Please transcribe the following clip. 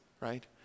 right